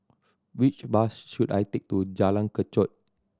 which bus should I take to Jalan Kechot